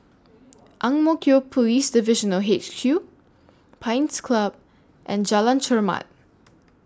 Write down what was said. Ang Mo Kio Police Divisional H Q Pines Club and Jalan Chermat